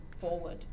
forward